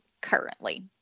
currently